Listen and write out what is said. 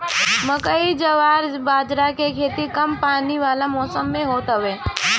मकई, जवार बजारा के खेती कम पानी वाला मौसम में होत हवे